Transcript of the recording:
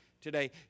today